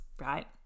right